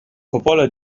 popolo